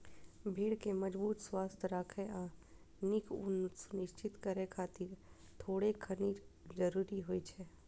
भेड़ कें मजबूत, स्वस्थ राखै आ नीक ऊन सुनिश्चित करै खातिर थोड़ेक खनिज जरूरी होइ छै